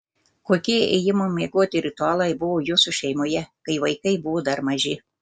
kokie ėjimo miegoti ritualai buvo jūsų šeimoje kai vaikai buvo dar maži